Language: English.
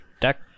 deck